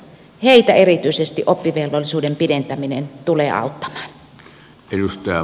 heitä erityisesti oppivelvollisuuden pidentäminen tulee auttamaan